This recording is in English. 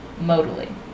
modally